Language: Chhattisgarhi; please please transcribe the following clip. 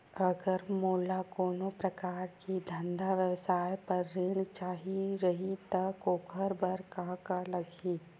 अगर मोला कोनो प्रकार के धंधा व्यवसाय पर ऋण चाही रहि त ओखर बर का का लगही?